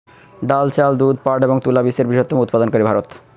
ডাল, চাল, দুধ, পাট এবং তুলা বিশ্বের বৃহত্তম উৎপাদনকারী ভারত